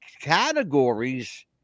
categories